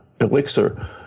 Elixir